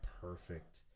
perfect